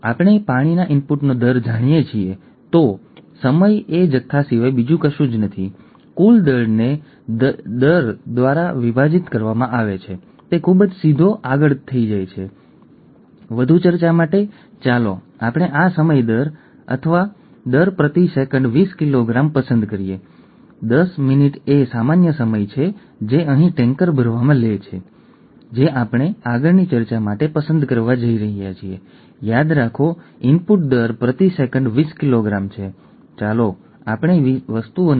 આ 2002 માં હતી સંખ્યાઓ અલબત્ત હવે અલગ હશે પરંતુ ઓછામાં ઓછું આપણી પાસે એવું કંઈક છે જે આપણે સંખ્યાની દ્રષ્ટિએ પકડી રાખી શકીએ